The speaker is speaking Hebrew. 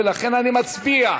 ולכן אני מצביע.